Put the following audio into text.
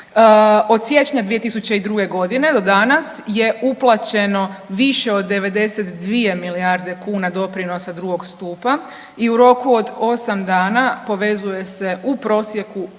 Od siječnja 2002. g. do danas je uplaćeno više od 92 milijarde kuna doprinosa drugog stupa i u roku od 8 dana povezuje se u prosjeku